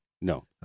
No